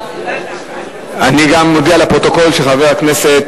אני גם מודיע לפרוטוקול שחבר הכנסת